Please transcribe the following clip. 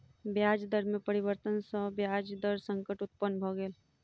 ब्याज दर में परिवर्तन सॅ ब्याज दर संकट उत्पन्न भ गेल